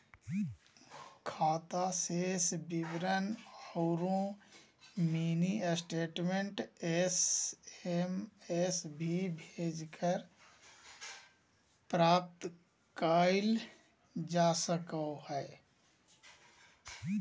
खाता शेष विवरण औरो मिनी स्टेटमेंट एस.एम.एस भी भेजकर प्राप्त कइल जा सको हइ